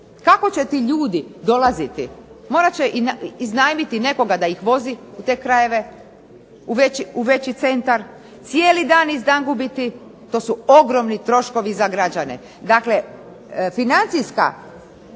Kako će ti ljudi dolaziti? Morat će iznajmiti nekoga da ih vozi u te krajeve, u veći centar. Cijeli dan izdangubiti. To su ogromni troškovi za građane.